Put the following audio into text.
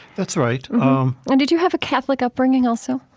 that's right um and did you have a catholic upbringing also?